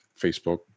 Facebook